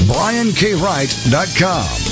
BrianKWright.com